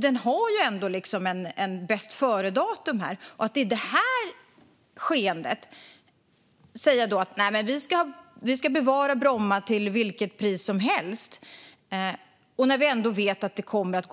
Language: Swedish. Det finns ett bästföredatum här, och att i det skedet säga att vi ska bevara Bromma till vilket pris som helst, trots att vi vet att flygplatsen kommer att